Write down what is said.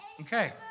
Okay